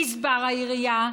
גזבר העירייה,